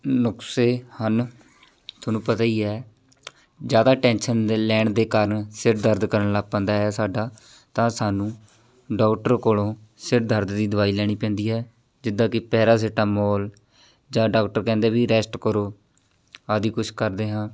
ਨੁਸਖੇ ਹਨ ਤੁਹਾਨੂੰ ਪਤਾ ਹੀ ਹੈ ਜ਼ਿਆਦਾ ਟੈਨਸ਼ਨ ਲੈਣ ਦੇ ਕਾਰਨ ਸਿਰ ਦਰਦ ਕਰਨ ਲੱਗ ਪੈਂਦਾ ਹੈ ਸਾਡਾ ਤਾਂ ਸਾਨੂੰ ਡਾਕਟਰ ਕੋਲੋਂ ਸਿਰ ਦਰਦ ਦੀ ਦਵਾਈ ਲੈਣੀ ਪੈਂਦੀ ਹੈ ਜਿੱਦਾਂ ਕਿ ਪੈਰਾਸੀਟਾਮੋਲ ਜਾਂ ਡਾਕਟਰ ਕਹਿੰਦੇ ਵੀ ਰੈਸਟ ਕਰੋ ਆਦਿ ਕੁਛ ਕਰਦੇ ਹਾਂ